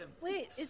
Wait